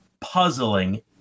puzzling